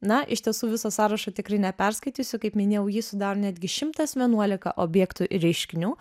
na iš tiesų visą sąrašo tikrai neperskaitysiu kaip minėjau jį sudaro netgi šimtas vienuolika objektų ir reiškinių